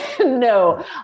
no